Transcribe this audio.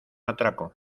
atraco